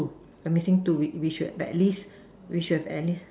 I'm missing two we should by list we should by list